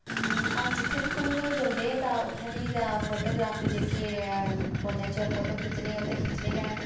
अस जित्थै बी घुम्मने गी जन्ने तां उत्थै दी तां फोटोग्राफी जेह्की ऐ फोनै च फोटू खिच्चने ओह् ते खिच्चने गै न